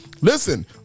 Listen